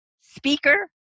speaker